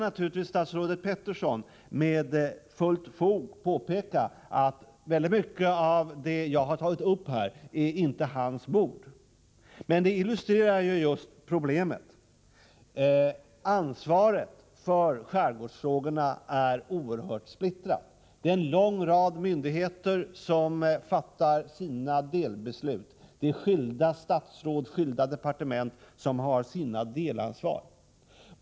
Naturligtvis kan statsrådet Peterson med fullt fog peka på att väldigt mycket av det jag här tagit upp inte är hans bord. Men det är just det som illustrerar problemet: ansvaret för skärgårdsfrågorna är oerhört uppsplittrat. En lång rad myndigheter fattar sina delbeslut. Skilda statsråd och skilda departement har sitt delansvar.